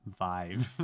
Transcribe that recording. vibe